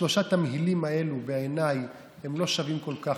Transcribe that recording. שלושת התמהילים האלה בעיניי לא שווים כל כך,